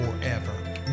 forever